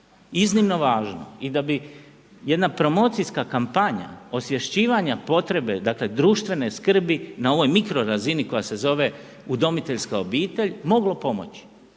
iznimno važno i da bi jedna promocijska kampanja osvješćivanja potrebe, dakle društvene skrbi na ovoj mikro razini koja se zove udomiteljska obitelj, moglo pomoći.